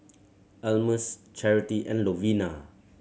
Almus Charity and Lovina